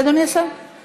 אדוני השר, סיימת?